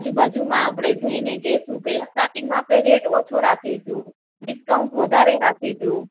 આજુ બાજુમાં આપણે જઈને કહીશું પહેલાં સ્ટાર્ટિંગમાં આપણે રેટ ઓછો રાખીશું ડિસ્કાઉન્ટ વધારે રાખીશું